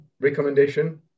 recommendation